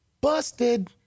busted